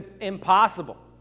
impossible